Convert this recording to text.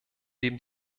dem